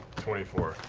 twenty four.